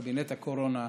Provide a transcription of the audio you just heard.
קבינט הקורונה,